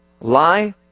lie